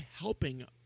helping